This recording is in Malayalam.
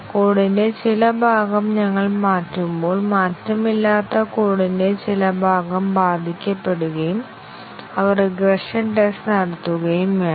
കോഡിന്റെ ചില ഭാഗം ഞങ്ങൾ മാറ്റുമ്പോൾ മാറ്റമില്ലാത്ത കോഡിന്റെ ചില ഭാഗം ബാധിക്കപ്പെടുകയും അവ റിഗ്രഷൻ ടെസ്റ്റ് നടത്തുകയും വേണം